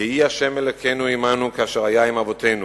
"יהי השם אלוקינו עמנו כאשר היה עם אבתינו,